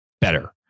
better